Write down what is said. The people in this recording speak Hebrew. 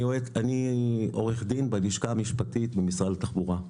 אני עורך דין בלשכה המשפטית במשרד התחבורה.